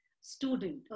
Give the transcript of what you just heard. student